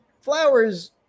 Flowers